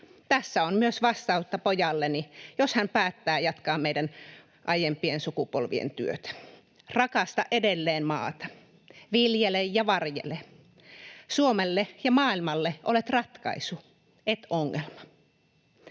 Tässä on myös vastausta pojalleni, jos hän päättää jatkaa meidän aiempien sukupolvien työtä: Rakasta edelleen maata. Viljele ja varjele. Suomelle ja maailmalle olet ratkaisu, et ongelma.